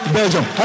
Belgium